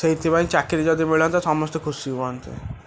ସେଇଥିପାଇଁ ଚାକିରି ଯଦି ମିଳନ୍ତା ସମସ୍ତେ ଖୁସି ହୁଅନ୍ତେ